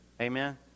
Amen